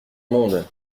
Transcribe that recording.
monde